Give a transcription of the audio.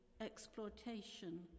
exploitation